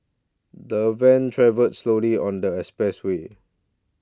the van travelled slowly on the expressway